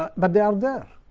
but they are there.